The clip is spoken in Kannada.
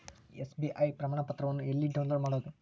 ಎಸ್.ಬಿ.ಐ ಪ್ರಮಾಣಪತ್ರವನ್ನ ಎಲ್ಲೆ ಡೌನ್ಲೋಡ್ ಮಾಡೊದು?